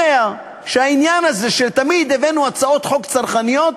יודע שהעניין הזה שתמיד כשהבאנו הצעות חוק צרכניות,